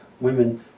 women